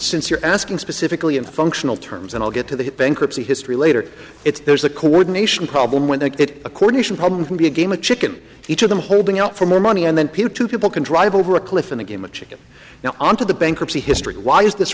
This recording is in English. since you're asking specifically in functional terms and i'll get to the bankruptcy history later it's there's a coordination problem when they get a coordination problem can be a game of chicken each of them holding out for more money and then putu people can drive over a cliff in a game of chicken now on to the bankruptcy history why is this